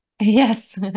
yes